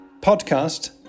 podcast